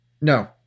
no